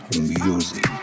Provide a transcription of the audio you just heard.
Music